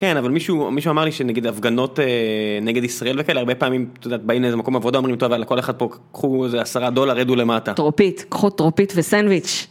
כן, אבל מישהו אמר לי שנגיד ההפגנות נגד ישראל וכאלה, הרבה פעמים, אתה יודע, באים לאיזה מקום עבודה, אומרים טוב, אלה כל אחד פה, קחו איזה עשרה דולר, רדו למטה. טרופית, קחו טרופית וסנדוויץ'.